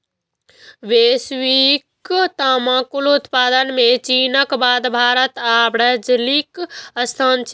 वैश्विक तंबाकू उत्पादन मे चीनक बाद भारत आ ब्राजीलक स्थान छै